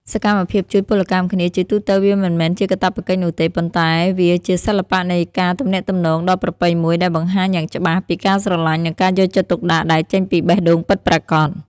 សកម្មភាពជួយពលកម្មគ្នា ជាទូទៅវាមិនមែនជាកាតព្វកិច្ចនោះទេ ប៉ុន្តែវាជាសិល្បៈនៃការទំនាក់ទំនងដ៏ប្រពៃមួយ ដែលបង្ហាញយ៉ាងច្បាស់ពីការស្រលាញ់និងការយកចិត្តទុកដាក់ដែលចេញពីបេះដូងពិតប្រាកដ។